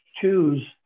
choose